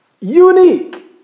unique